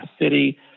city